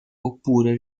oppure